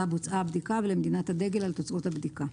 בוצעה הבדיקה ולמדינת הדגל על תוצאות הבדיקה.